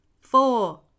four